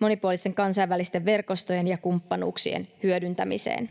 monipuolisten kansainvälisten verkostojen ja kumppanuuksien hyödyntämiseen.